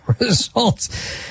Results